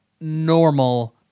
normal